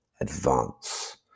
advance